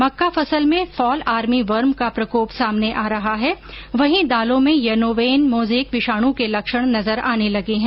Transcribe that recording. मक्का फसल में fall army worm का प्रकोप सामने आ रहा है वहीं दालों में यलोवेन मोजेक विषाण के लक्षण नजर आने लगे हैं